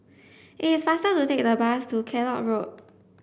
it is faster to take the bus to Kellock Road